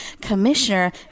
Commissioner